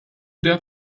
der